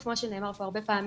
כמו שנאמר פה הרבה פעמים,